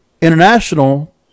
international